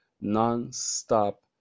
non-stop